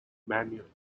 manually